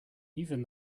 even